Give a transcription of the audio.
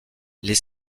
les